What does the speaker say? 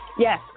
Yes